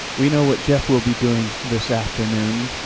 we know what geoff will be doing this afternoon.